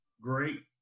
great